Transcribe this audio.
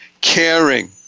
caring